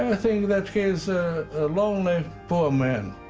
um think that he's a lonely, poor man.